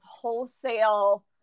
wholesale